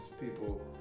people